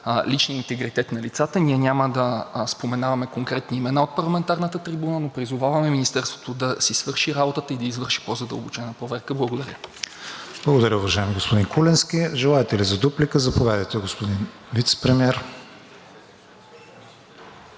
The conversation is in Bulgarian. личния интегритет на лицата, ние няма да споменаваме конкретни имена от парламентарната трибуна, но призоваваме Министерството да си свърши работата и да извърши по-задълбочена проверка. Благодаря. ПРЕДСЕДАТЕЛ КРИСТИАН ВИГЕНИН: Благодаря, уважаеми господин Куленски. Желаете ли за дуплика? Заповядайте, господин Вицепремиер.